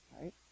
right